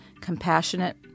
compassionate